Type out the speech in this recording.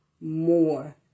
more